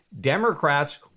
Democrats